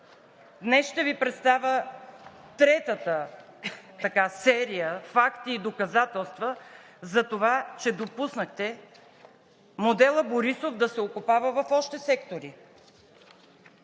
Днес ще Ви представя третата серия, факти и доказателства за това, че допуснахте моделът Борисов да се окопава в още сектори.